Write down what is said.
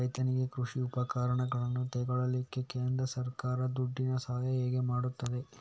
ರೈತನಿಗೆ ಕೃಷಿ ಉಪಕರಣಗಳನ್ನು ತೆಗೊಳ್ಳಿಕ್ಕೆ ಕೇಂದ್ರ ಸರ್ಕಾರ ದುಡ್ಡಿನ ಸಹಾಯ ಹೇಗೆ ಮಾಡ್ತದೆ?